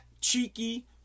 Cheeky